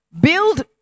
Build